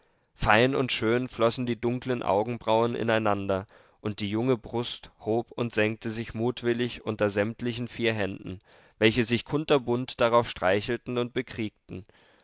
fein und schön flossen die dunklen augenbrauen ineinander und die junge brust hob und senkte sich mutwillig unter sämtlichen vier händen welche sich kunterbunt darauf streichelten und bekriegten